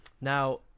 Now